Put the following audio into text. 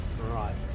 Right